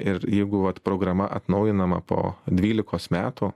ir jeigu vat programa atnaujinama po dvylikos metų